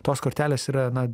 tos kortelės yra na